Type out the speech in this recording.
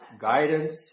guidance